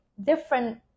different